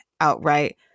outright